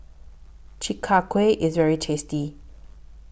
Chi Kak Kuih IS very tasty